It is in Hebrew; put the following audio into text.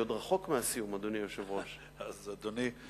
אדוני היושב-ראש, אני עוד רחוק מהסיום.